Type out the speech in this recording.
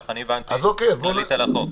ככה הבנתי כללית על החוק.